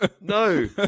no